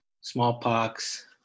smallpox